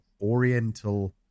oriental